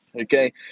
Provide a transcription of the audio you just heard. okay